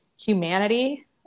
humanity